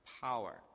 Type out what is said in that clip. Power